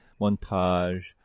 montage